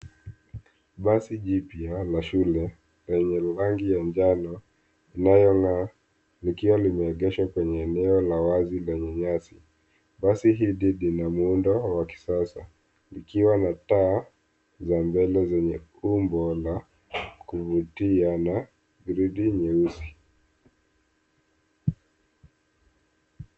Basi jipya la shule lenye rangi ya njano inayong'aa likiwa limeegeshwa kwenye eneo la wazi lenye nyasi. Basi hili lina muundo wa kisasa likiwa na taa za mbele zenye umbo la kuvutia na gurudumu nyeusi.